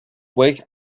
wake